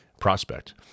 prospect